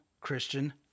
Christian